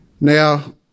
Now